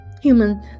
human